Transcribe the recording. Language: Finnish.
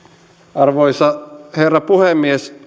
arvoisa herra puhemies